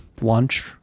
lunch